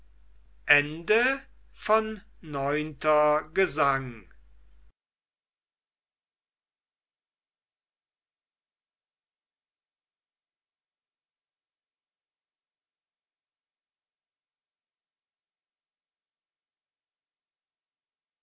gesang neunter gesang